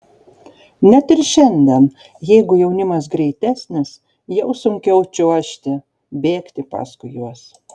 net ir šiandien jeigu jaunimas greitesnis jau sunkiau čiuožti bėgti paskui juos